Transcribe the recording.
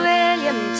William